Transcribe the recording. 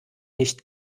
nicht